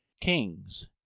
kings